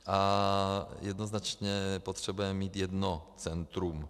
A jednoznačně, potřebujeme mít jedno centrum.